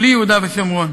בלי יהודה ושומרון.